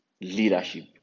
leadership